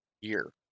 year